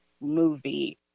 movie